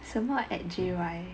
什么 at J_Y